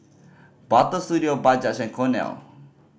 Butter Studio Bajaj and Cornell